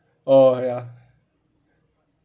oh ya